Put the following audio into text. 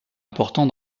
important